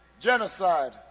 genocide